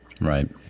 Right